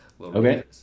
Okay